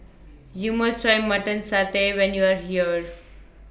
YOU must Try Mutton Satay when YOU Are here